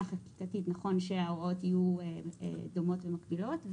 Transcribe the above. החקיקתית נכון שההוראות יהיו דומות ומקבילות,